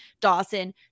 Dawson